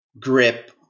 grip